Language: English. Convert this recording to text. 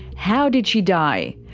how did she die?